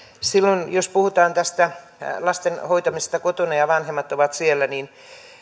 silloin jos puhutaan tästä lasten hoitamisesta kotona ja vanhemmat ovat siellä niin